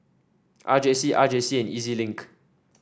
R J C R J C and E Z Link